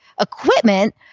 equipment